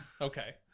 Okay